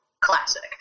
Classic